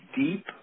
deep